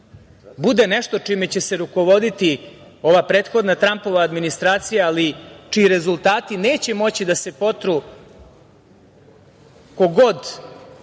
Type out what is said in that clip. bude nešto čime će se rukovoditi ova prethodna Trampova administracija, ali čiji rezultati neće moći da se potru, ko god